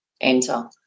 enter